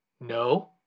No